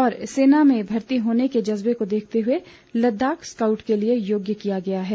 और सेना में भर्ती होने के जजबे को देखते हुए लदाख स्काउट के लिए योग्य किया गया है